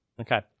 Okay